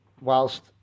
whilst